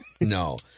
No